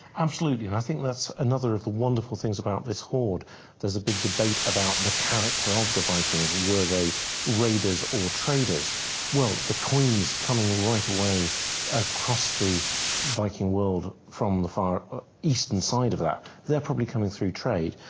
absolutely and i think that's another of the wonderful things about this horde there's a big debate about the character of the vikings, were they raiders or traders well the coins coming right away across the viking world from the far eastern side of that they're probably coming through trade,